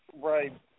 right